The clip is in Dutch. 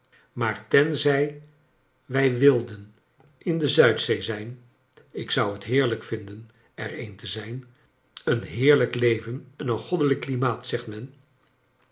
maar tenzij wij wilden in de zuidzee zijn ik zou liet heerlijk vinden er een te zijn een heerlijk leven en een goddelijk klimaat